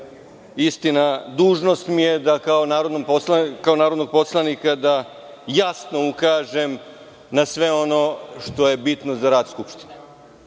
Istina, dužnost mi je da kao narodni poslanik jasno ukažem na sve ono što je bitno za rad Skupštine. Pokušao